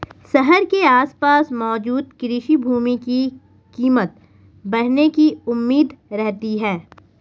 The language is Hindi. शहर के आसपास मौजूद कृषि भूमि की कीमत बढ़ने की उम्मीद रहती है